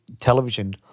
television